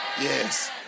Yes